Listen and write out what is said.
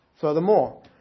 Furthermore